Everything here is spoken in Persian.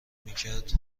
میکرد